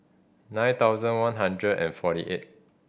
nine thousand one hundred and forty eight